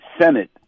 Senate